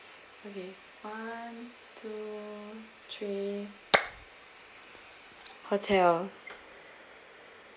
okay one two three hotel